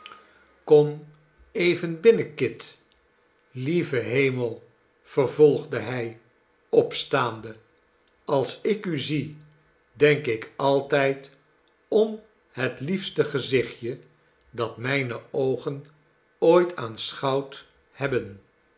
kom even binnen kit lieve hemel vervolgde hij opstaande als ik u zie denk ik altijd om het liefste gezichtje dat mijne oogen ooit aanschouwd hebben